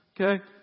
Okay